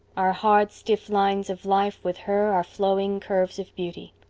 our hard, stiff lines of life with her are flowing curves of beauty.